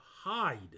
hide